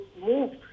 move